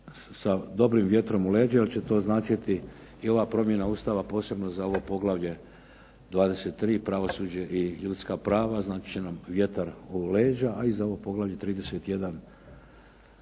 sa dobrim vjetrom u leđima jer će to značiti i ova promjena Ustava posebno za ovo poglavlje 23.-Pravosuđe i ljudska prava, značit će nam vjetar u leđa, a i za ovo poglavlje 31.,